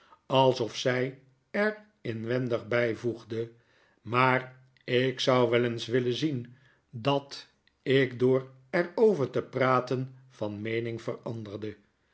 alsof zy er inwendig byvoegde maar ik zou wel eens willen zien dat ik door er over te praten van meening veranderdel